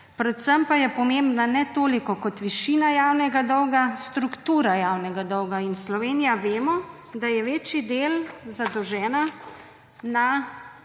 Predvsem pa je pomembna, ne toliko kot višina javnega dolga, struktura javnega dolga. Slovenija vemo, da je večji del zadolžena na